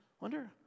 Wonder